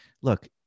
look